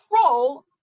control